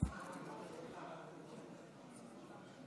לוועדה המיוחדת.